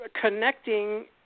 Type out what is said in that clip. connecting